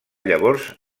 llavors